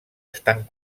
estan